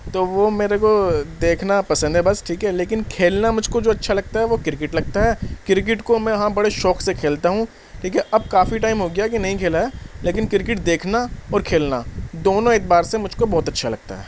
تو وہ میرے کو دیکھنا پسند ہے بس ٹھیک ہے لیکن کھیلنا مجھ کو جو اچّھا لگتا ہے وہ کرکٹ لگتا ہے کرکٹ کو میں ہاں میں بڑے شوق سے کھیلتا ہوں ٹھیک ہے اب کافی ٹائم ہو گیا کہ نہیں کھیلا ہے لیکن کرکٹ دیکھنا اور کھیلنا دونوں اعتبار سے مجھ کو بہت اچّھا لگتا ہے